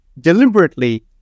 deliberately